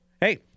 hey